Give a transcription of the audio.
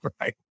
right